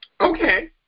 Okay